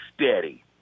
steady